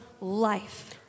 life